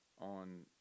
on